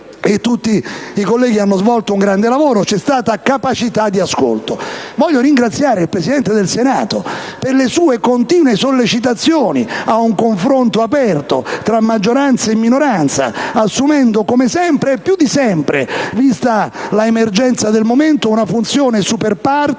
e tutti i colleghi hanno svolto un grande lavoro. C'è stata capacità di ascolto. Voglio ringraziare il Presidente del Senato per le sue continue sollecitazioni a un confronto aperto tra maggioranza e minoranza e dargli atto di aver assunto, come sempre e più di sempre, vista l'emergenza del momento, una funzione *super partes*